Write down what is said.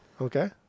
Okay